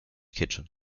kitchen